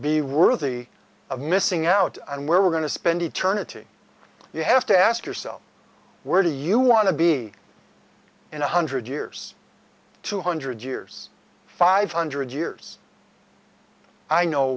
be worthy of missing out and where we're going to spend eternity you have to ask yourself where do you want to be in one hundred years two hundred years five hundred years i know